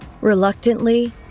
Reluctantly